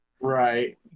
Right